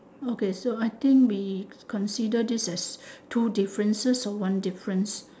okay so I think we consider this as two differences or one difference